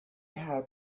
had